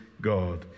God